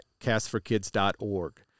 CastForKids.org